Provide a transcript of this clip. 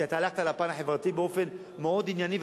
כי אתה הלכת לפן החברתי באופן מאוד ענייני,